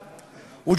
להלן תרגומם: לתפיסתכם,